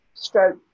stroke